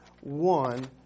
one